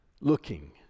looking